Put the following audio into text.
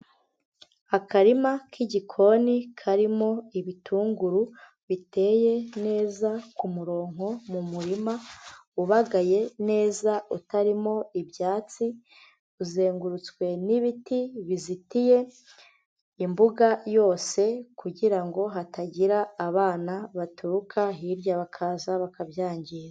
Akarima k'igikoni karimo ibitunguru biteye neza ku murongo mu murima ubagaye neza utarimo ibyatsi, uzengurutswe n'ibiti bizitiye imbuga yose kugira ngo hatagira abana baturuka hirya bakaza bakabyangiza.